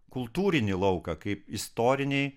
kultūrinį lauką kaip istoriniai